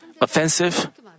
offensive